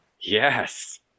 Yes